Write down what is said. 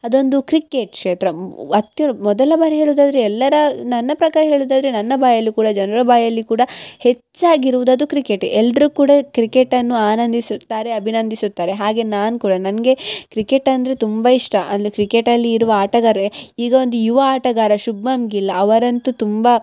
ಅದೊಂದು ಕ್ರಿಕೆಟ್ ಕ್ಷೇತ್ರ ಅತ್ಯುರ್ ಮೊದಲ ಬಾರಿ ಹೇಳೋದಾದ್ರೆ ಎಲ್ಲರ ನನ್ನ ಪ್ರಕಾರ ಹೇಳೋದಾದ್ರೆ ನನ್ನ ಬಾಯಲ್ಲಿ ಕೂಡ ಜನರ ಬಾಯಲ್ಲಿ ಕೂಡ ಹೆಚ್ಚಾಗಿರುವುದದು ಕ್ರಿಕೆಟೆ ಎಲ್ಲರು ಕೂಡ ಕ್ರಿಕೆಟನ್ನು ಆನಂದಿಸುತ್ತಾರೆ ಅಭಿನಂದಿಸುತ್ತಾರೆ ಹಾಗೆ ನಾನು ಕೂಡ ನನಗೆ ಕ್ರಿಕೆಟ್ ಅಂದರೆ ತುಂಬ ಇಷ್ಟ ಅಲ್ಲಿ ಕ್ರಿಕೆಟ್ ಅಲ್ಲಿ ಇರುವ ಆಟಗಾರರೆ ಈಗ ಒಂದು ಯುವ ಆಟಗಾರ ಶುಬ್ಮನ್ ಗಿಲ್ ಅವರಂತು ತುಂಬ